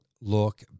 look